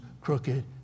crooked